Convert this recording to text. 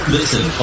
Listen